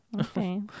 Okay